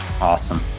Awesome